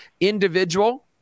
individual